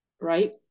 Right